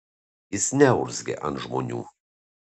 jis neurzgia ant žmonių